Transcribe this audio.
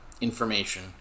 information